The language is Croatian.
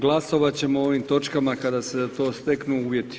Glasovat ćemo o ovim točkama kada se za to steknu uvjeti.